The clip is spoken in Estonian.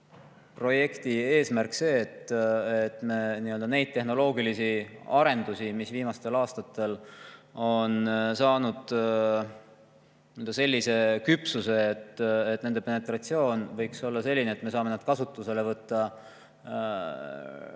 projekti eesmärk see, et need tehnoloogilised arendused, mis viimastel aastatel on saavutanud sellise küpsuse, et nende penetratsioon [võiks olla] selline, et me saame need kasutusele võtta,